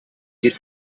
geht